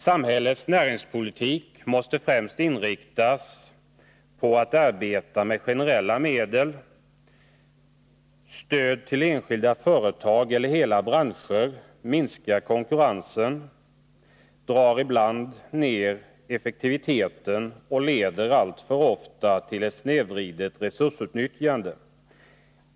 Samhällets näringspolitik måste främst inriktas på att arbeta med generella medel. Stöd till enskilda företag eller hela branscher minskar konkurrensen, drar ibland ner effektiviteten och leder alltför ofta till ett snedvridet resursutnyttjande.